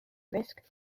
risk